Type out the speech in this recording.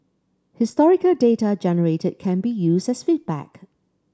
historical data generated can be used as feedback